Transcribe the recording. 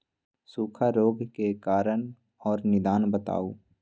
सूखा रोग के कारण और निदान बताऊ?